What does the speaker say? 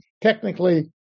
Technically